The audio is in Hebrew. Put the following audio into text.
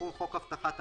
תיקון חוק הבטחת הכנסה,